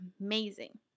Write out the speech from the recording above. amazing